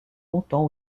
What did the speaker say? longtemps